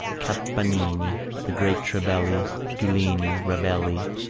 campanini, the great trebelli, giuglini, ravelli,